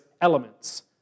elements